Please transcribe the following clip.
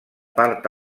part